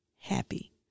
happy